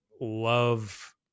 love